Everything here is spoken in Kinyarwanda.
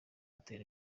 gitere